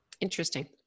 Interesting